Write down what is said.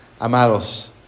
amados